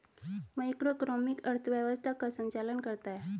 macroeconomics अर्थव्यवस्था का संचालन करता है